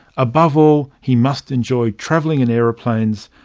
above all he must enjoy travelling in airplanes,